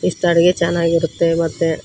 ಇಷ್ಟು ಅಡುಗೆ ಚೆನ್ನಾಗಿರುತ್ತೆ ಮತ್ತು